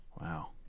Wow